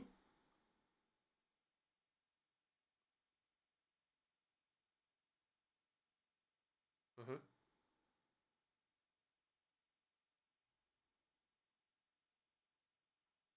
mmhmm